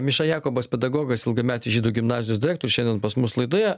miša jakobas pedagogas ilgametis žydų gimnazijos direktorius šiandien pas mus laidoje